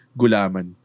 gulaman